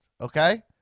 Okay